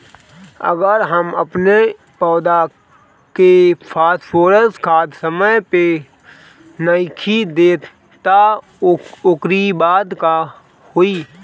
अगर हम अपनी पौधा के फास्फोरस खाद समय पे नइखी देत तअ ओकरी बाद का होई